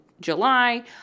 July